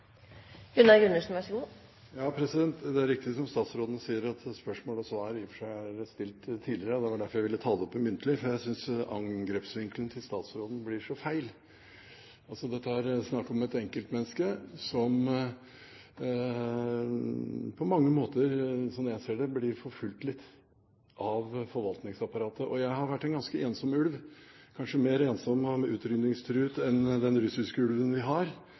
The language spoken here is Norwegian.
Det er riktig som statsråden sier, at spørsmålet i og for seg er stilt og svart på tidligere. Det var derfor jeg ville ta det opp muntlig – jeg synes statsrådens angrepsvinkel blir så feil. Det er altså snakk om et enkeltmenneske som på mange måter, slik jeg ser det, blir litt forfulgt av forvaltningsapparatet. Og jeg har vært en ganske ensom ulv, kanskje mer ensom og utrydningstruet enn den russiske ulven vi har,